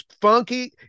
funky